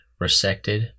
resected